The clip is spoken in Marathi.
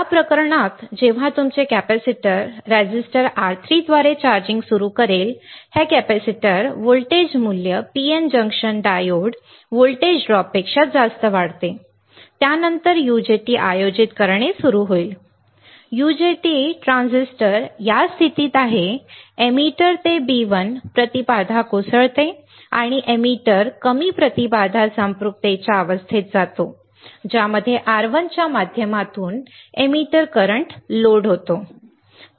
या प्रकरणात जेव्हा तुमचे कॅपेसिटर रेझिस्टर R3 द्वारे चार्जिंग सुरू करेल हे कॅपेसिटर व्होल्टेज मूल्य PN जंक्शन डायोड व्होल्ट ड्रॉपपेक्षा जास्त वाढते त्यानंतर यूजेटी आयोजित करणे सुरू होईल यूजेटी ट्रान्झिस्टर या स्थितीत आहे एमिटर ते B1 प्रतिबाधा कोसळते आणि एमिटर कमी प्रतिबाधा संपृक्ततेच्या अवस्थेत जातो ज्यामध्ये R1 च्या माध्यमातून एमिटर करंट लोड होतो बरोबर